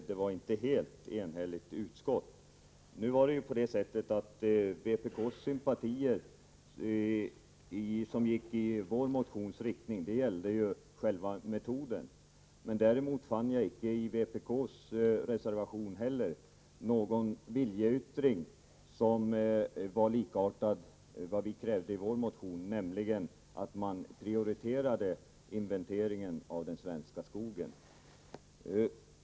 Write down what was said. Herr talman! Jag är glad över att Paul Lestander har upptäckt att det inte var ett helt enhälligt utskott som avstyrkte vår motion. Men vpk:s sympatier gällde själva metoden, flygfotografering med infraröd film. Däremot fann jag inte heller i vpk:s reservation någon viljeyttring som var likartad vad vi krävde i vår motion, nämligen att inventeringen av den svenska skogen skulle prioriteras.